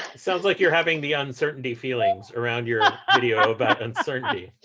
sounds like you're having the uncertainty feelings around your ah video about uncertainty.